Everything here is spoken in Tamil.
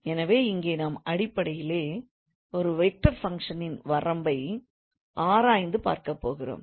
எனவே இங்கே நாம் அடிப்படையிலேயே ஒரு வெக்டார் ஃபங்க்ஷனின் வரம்பை ஆராய்ந்து பார்க்கபோகிறோம்